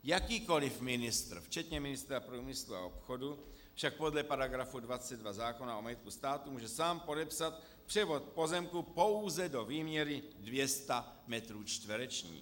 Jakýkoliv ministr včetně ministra průmyslu a obchodu však podle § 22 zákona o majetku státu může sám podepsat převod pozemku pouze do výměry 200 metrů čtverečních.